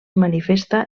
manifesta